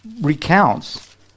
recounts